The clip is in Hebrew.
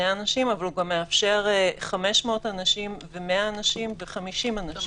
אנשים אבל הוא גם מאפשר 500 אנשים ו-100 אנשים ו-50 אנשים,